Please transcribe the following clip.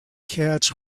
catch